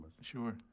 Sure